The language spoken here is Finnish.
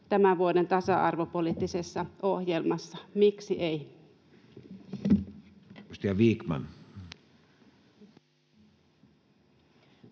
tämän vuoden tasa-arvopoliittisessa ohjelmassa. Miksi ei?